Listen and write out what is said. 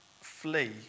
flee